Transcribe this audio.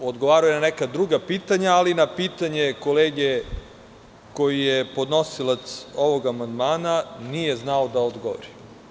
Odgovarao je na neka druga pitanja, ali na pitanje kolege koji je podnosilac ovog amandmana nije znao da odgovori.